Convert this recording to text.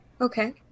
Okay